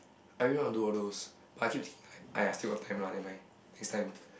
I really want to do all those but I keep thinking like !aiya! still got time lah never mind next time